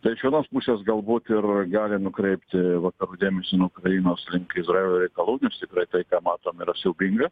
tai iš vienos pusės galbūt ir gali nukreipti vakarų dėmesį nuo ukrainos izraelio reikalų nes tikrai tai ką matom yra siaubinga